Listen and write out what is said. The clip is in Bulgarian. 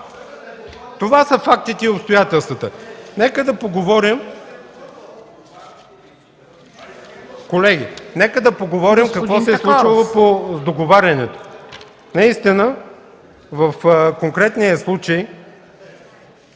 Това са фактите и обстоятелствата. (Реплики.) Колеги, нека да поговорим какво се е случило по договарянето. Наистина, в конкретния случай